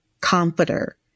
comforter